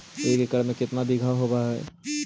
एक एकड़ में केतना बिघा होब हइ?